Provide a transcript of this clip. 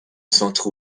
centre